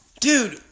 Dude